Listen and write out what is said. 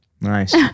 Nice